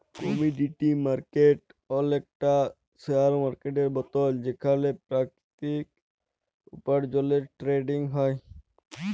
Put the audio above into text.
commodity market অলেকটা share মার্কেটের মতল যেখালে পেরাকিতিক উপার্জলের টেরেডিং হ্যয়